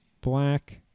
black